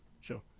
sure